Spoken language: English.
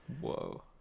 Whoa